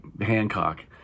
Hancock